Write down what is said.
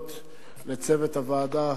להודות לצוות הוועדה,